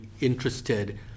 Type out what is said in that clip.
interested